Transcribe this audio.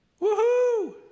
Woohoo